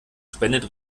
spendet